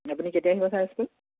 এনেই আপুনি কেতিয়া আহিব ছাৰ স্কুল